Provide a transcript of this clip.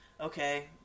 okay